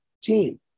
team